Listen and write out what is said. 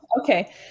okay